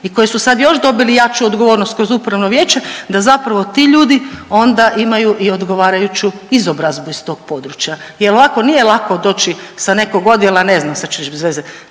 i koji su sad još dobili jaču odgovornost kroz upravno vijeće da zapravo ti ljudi onda imaju i odgovarajuću izobrazbu iz tog područja jel ovako nije lako doći sa nekog odjela, ne znam sad ću reć bez veze,